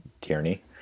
Tierney